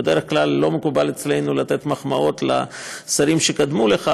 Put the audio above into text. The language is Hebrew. בדרך כלל לא מקובל אצלנו לתת מחמאות לשרים שקדמו לך,